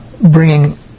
bringing